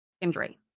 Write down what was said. injury